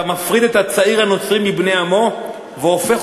אתה מפריד את הצעיר הנוצרי מבני עמו והופך